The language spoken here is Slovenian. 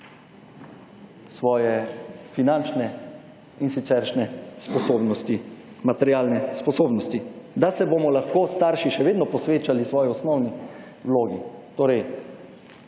svoje finančne in siceršnje sposobnosti, materialne sposobnosti, da se bomo lahko starši še vedno posvečali svoji osnovni vlogi.